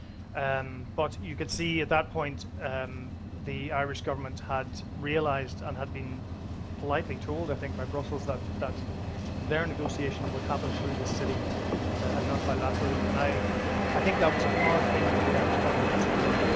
and but you could see at that point and the irish government had realized, and had been politely told i think by brussels, that that their negotiation would happen through the city and not bilaterally. and i i think that was a hard thing for the irish government to